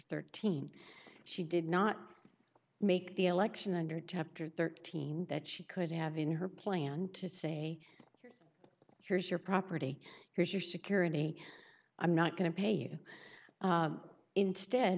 thirteen she did not make the election under chapter thirteen that she could have in her plan to say here's your property here's your security i'm not going to pay you instead